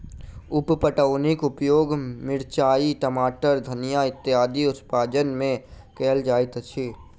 उप पटौनीक उपयोग मिरचाइ, टमाटर, धनिया इत्यादिक उपजा मे कयल जाइत अछि